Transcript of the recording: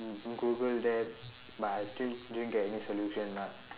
goo~ Google that but I still didn't get any solution lah